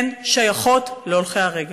הן שייכות להולכי הרגל.